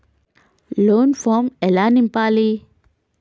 Loan form ఎలా నింపాలి?